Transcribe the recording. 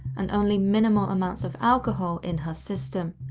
and only minimal amounts of alcohol in her system.